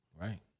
Right